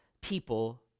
people